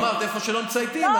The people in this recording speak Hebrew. אמרת: איפה שלא מצייתים,